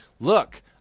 look